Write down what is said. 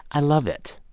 i love it.